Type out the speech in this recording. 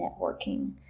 networking